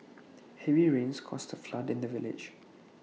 heavy rains caused A flood in the village